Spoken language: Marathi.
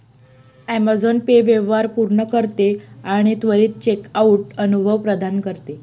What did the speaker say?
ॲमेझॉन पे व्यवहार पूर्ण करते आणि त्वरित चेकआउट अनुभव प्रदान करते